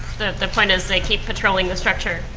the the point is they keep patrolling the structure,